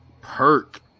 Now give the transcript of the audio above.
Perk